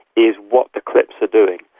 is what the clips are doing.